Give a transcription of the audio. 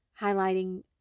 highlighting